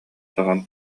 соһон